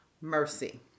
mercy